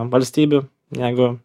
valstybių jeigu